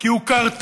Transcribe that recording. כי הוא קרתני